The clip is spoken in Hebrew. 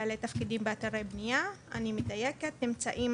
בעלי תפקידים באתרי בנייה אני מדייקת נמצאים